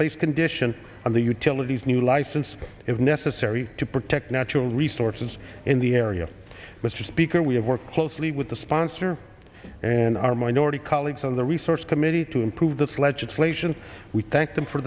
place condition on the utilities new license if necessary to protect natural resources in the area mr speaker we have worked closely with the sponsor and our minority colleagues on the research committee to improve this legislation we thank them for